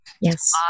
Yes